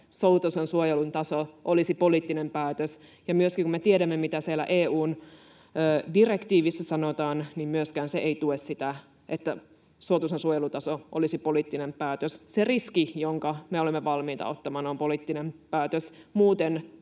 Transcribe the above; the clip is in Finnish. että suotuisan suojelun taso olisi poliittinen päätös, ja kun me tiedämme, mitä siellä EU:n direktiivissä sanotaan, niin myöskään se ei tue sitä, että suotuisan suojelun taso olisi poliittinen päätös. Se riski, jonka me olemme valmiita ottamaan, on poliittinen päätös. Muuten